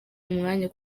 umwanya